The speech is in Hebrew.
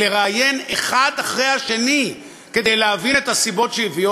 לראיין אחד אחרי השני כדי להבין את הסיבות שהביאו